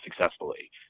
successfully